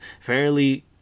fairly